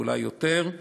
ואולי יותר,